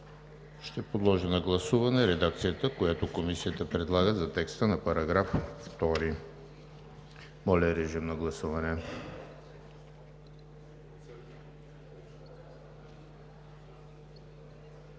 Ще подложа на гласуване редакцията, която Комисията предлага за текста на § 2. Моля, гласувайте.